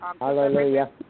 Hallelujah